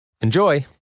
Enjoy